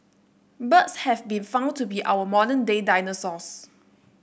birds have been found to be our modern day dinosaurs